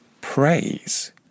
praise